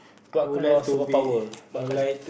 what kind of super power what kind of